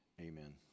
Amen